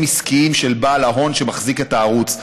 עסקיים של בעל ההון שמחזיק את הערוץ,